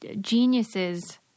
geniuses